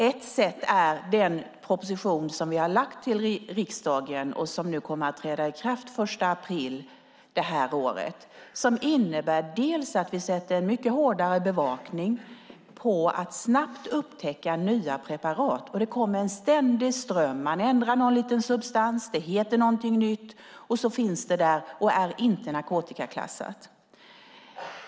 Ett sätt är den proposition som vi har lagt fram till riksdagen och som kommer att träda i kraft den 1 april detta år. Den innebär att vi sätter mycket hårdare bevakning när det gäller att snabbt upptäcka nya preparat. Det kommer en ständig ström. Man ändrar någon liten substans, det heter något nytt och så finns det där och är inte narkotikaklassat.